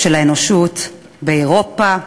של האנושות, באירופה,